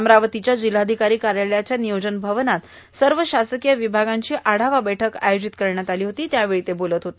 अमरावतीच्या जिल्हाधिकारी कार्यालयाच्या नियोजन भवनात सर्व शासकीय विभागांची आढावा बैठक आयोजित करण्यात आली होती त्यावेळी ते बोलत होते